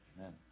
Amen